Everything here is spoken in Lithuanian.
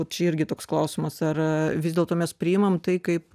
čia irgi toks klausimas ar vis dėlto mes priimam tai kaip